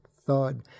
thud